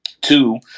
Two